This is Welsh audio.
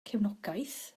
cefnogaeth